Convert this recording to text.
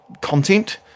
content